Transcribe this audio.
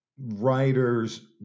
writers